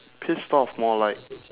pissed off more like